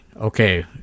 Okay